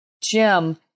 Jim